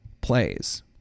plays